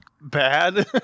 bad